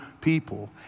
people